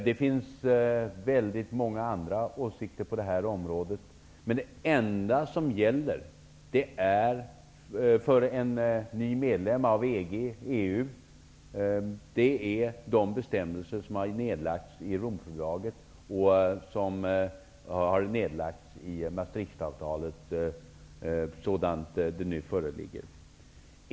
Det finns väldigt många andra åsikter på detta område, men det enda som gäller för en ny medlem i EG/EU är de bestämmelser som har nedlagts i Romfördraget och även i Maastrichtavtalet, sådant det nu föreligger.